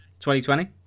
2020